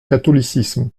catholicisme